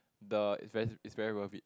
the is very is very worth it